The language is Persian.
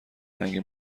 رنگ